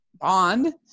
Bond